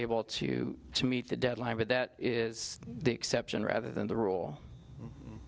able to to meet the deadline but that is the exception rather than the rule